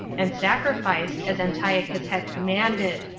and sacrificed, as antiochus had commanded.